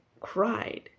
cried